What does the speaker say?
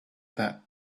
that